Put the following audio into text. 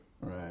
Right